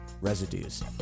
Residues